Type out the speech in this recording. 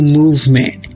movement